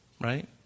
right